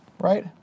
right